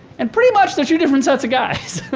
and pretty much, they're two different sets of guys.